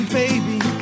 baby